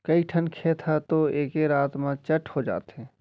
कइठन खेत ह तो एके रात म चट हो जाथे